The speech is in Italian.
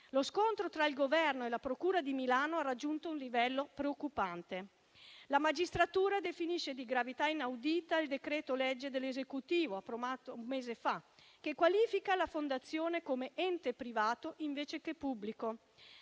Lo scontro tra il Governo e la procura di Milano ha raggiunto un livello preoccupante. La magistratura definisce di gravità inaudita il decreto-legge dell'Esecutivo approvato un mese fa, che qualifica la Fondazione come ente privato invece che pubblico,